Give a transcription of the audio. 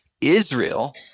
Israel